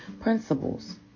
principles